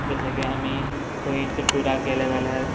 जशें की आमी खंयच टुराक गेले जाल्यार